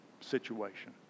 situation